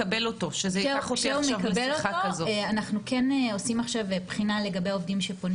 אנחנו עושים עכשיו בחינה לגבי העובדים שפונים